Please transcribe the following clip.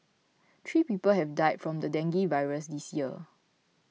three people have died from the dengue virus this year